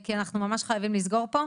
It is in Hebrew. כי אנחנו ממש חייבים לסגור פה.